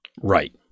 Right